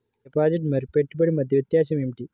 Deposit మరియు పెట్టుబడి మధ్య వ్యత్యాసం ఏమిటీ?